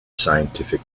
scientific